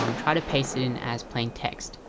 um try to paste it in as plain text.